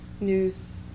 news